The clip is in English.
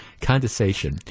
condensation